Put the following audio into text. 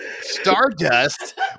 Stardust